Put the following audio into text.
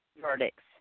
verdicts